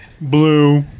blue